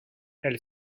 elle